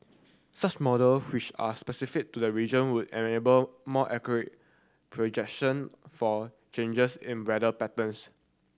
such model which are specific to the region would enable more accurate projection for changes in weather patterns